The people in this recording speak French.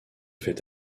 fait